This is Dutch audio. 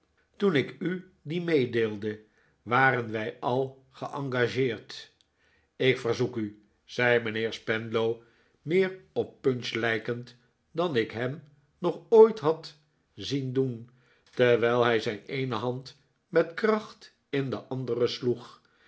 toen ik u die meedeelde waren wij al geengageerd ik verzoek u zei mijnheer spenlow meer op punch lijkend dan ik hem nog ooit had zien doen terwijl hij zijn eene hand met kracht in de andere sloeg